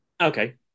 Okay